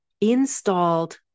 installed